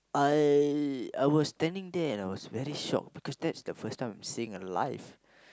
I I was standing there and I was very shock because that's the first time I'm seeing a life